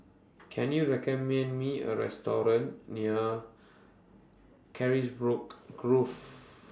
Can YOU recommend Me A Restaurant near Carisbrooke Grove